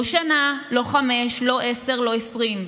לא שנה, לא חמש, לא עשר ולא 20,